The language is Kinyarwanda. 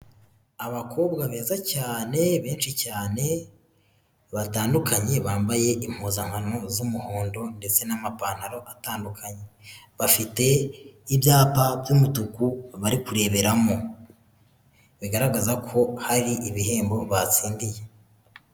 Abakobwa beza cyane benshi cyane batandukanye bambaye impuzankano z'umuhondo ndetse n'amapantaro atandukanye, bafite ibyapa by'umutuku bari kureberamo, bigaragaza ko hari ibihembo batsindiye.